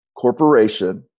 corporation